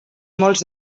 molts